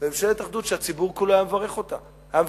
ממשלת אחדות שהציבור כולו היה מברך עליה.